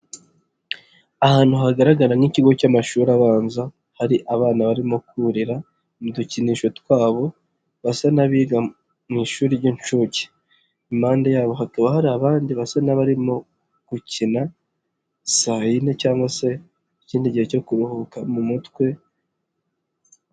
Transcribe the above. Ahantu hagaragara nk'ikigo cy'amashuri abanza hari abana barimo kurira mu dukinisho twabo basa n'abiga mu ishuri ry'inshuke, impande yabo hakaba hari abandi basa n'abarimo gukina saa yine cyangwa se ikindi gihe cyo kuruhuka mu mutwe.